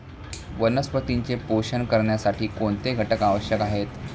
वनस्पतींचे पोषण करण्यासाठी कोणते घटक आवश्यक आहेत?